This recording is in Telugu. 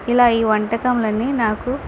ఇలా ఈ వంటకాలన్నీ నాకు